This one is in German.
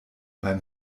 beim